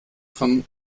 von